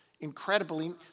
incredibly